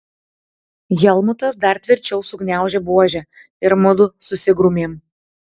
helmutas dar tvirčiau sugniaužė buožę ir mudu susigrūmėm